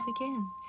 again